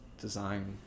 design